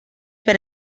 per